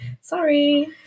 Sorry